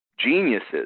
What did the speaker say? geniuses